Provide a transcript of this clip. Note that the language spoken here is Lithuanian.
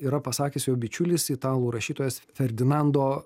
yra pasakęs jo bičiulis italų rašytojas ferdinando